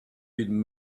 been